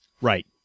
Right